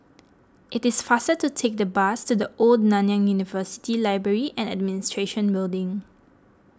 it is faster to take the bus to the Old Nanyang University Library and Administration Building